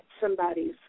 somebody's